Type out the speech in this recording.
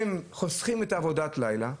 הם חוסכים את עבודת הלילה.